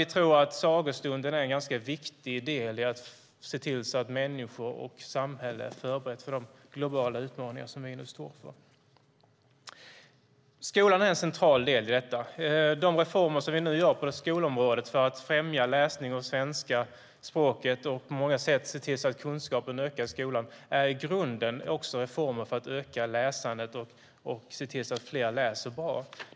Vi tror att sagostunden är viktig för att människor och samhälle ska vara förberedda för de globala utmaningar som vi står inför. Skolan är en central del i detta. De reformer som vi nu gör på skolområdet för att främja läsning och svenska språket och öka kunskapen i skolan är i grunden reformer för att öka läsandet och se till att fler läser bra.